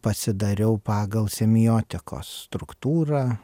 pasidariau pagal semiotikos struktūrą